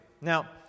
Now